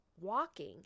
walking